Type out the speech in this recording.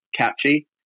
catchy